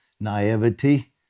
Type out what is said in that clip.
naivety